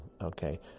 okay